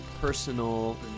personal